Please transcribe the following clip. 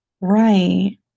Right